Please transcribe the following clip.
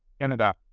Canada